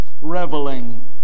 reveling